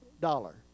dollar